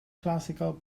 classical